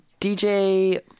DJ